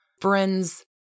friends